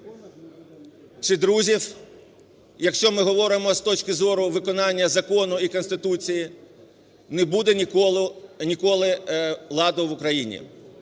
чи друзів, якщо ми говоримо з точки зору виконання закону і Конституції, не буде ніколи ладу в Україні.